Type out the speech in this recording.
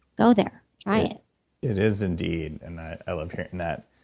go there. try it it is, indeed, and i love hearing that.